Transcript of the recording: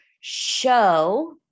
show